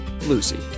Lucy